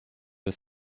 was